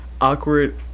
awkward